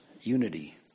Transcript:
unity